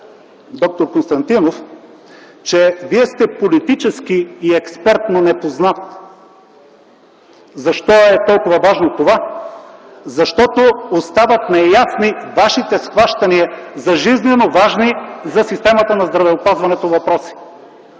позволя да кажа, че Вие сте политически и експертно непознат. Защо е толкова важно това? Защото остават неясни Вашите схващания за жизнено важни за системата на здравеопазването въпроси.